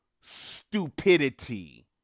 stupidity